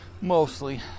mostly